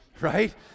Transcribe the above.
right